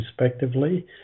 respectively